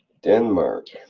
denmark,